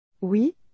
Oui